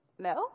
no